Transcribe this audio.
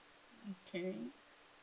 okay